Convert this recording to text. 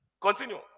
continue